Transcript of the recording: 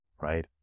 right